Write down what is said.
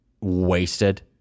wasted